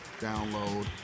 download